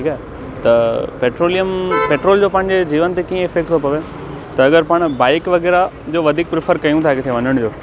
ठीकु आहे त पेट्रोलियम पेट्रोल जो पंहिंजे जीवन ते कीअं इफ़ेक्ट थो पए त अगरि पाण बाइक वग़ैरह जो वधीक प्रिफर कयूं था किथे वञण जो